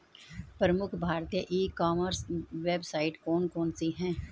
प्रमुख भारतीय e commerce website कौन कौन सी हैं?